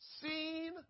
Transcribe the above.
seen